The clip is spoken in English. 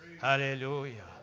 Hallelujah